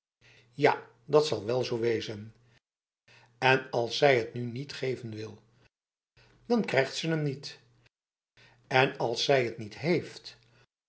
ja dat zal wel zo wezen en als zij het nu niet geven wil dan krijgt ze hem nietf en als zij t niet heeftf